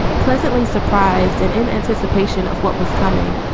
pleasantly surprised and in anticipation of what was coming.